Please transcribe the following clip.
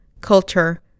culture